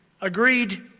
agreed